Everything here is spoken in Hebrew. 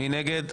מי נגד?